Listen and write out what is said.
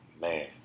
man